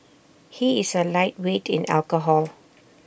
he is A lightweight in alcohol